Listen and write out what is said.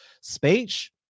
speech